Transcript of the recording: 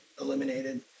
eliminated